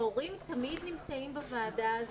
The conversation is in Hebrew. ההורים תמיד נמצאים בוועדה הזו.